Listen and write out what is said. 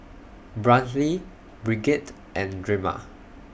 Brantley Brigette and Drema